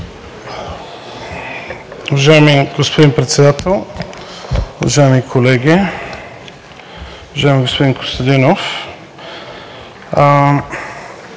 Добре